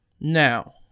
Now